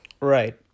Right